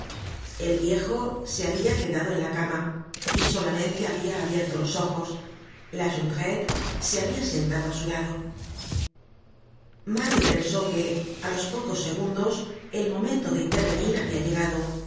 el viejo se habia quedado en la cama y solamente habia abierto los ojos la jondrette se habia sentado á su lado mario pensó que á los pocos segundos el momento de intervenir habia llegado